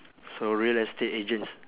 so real estate agents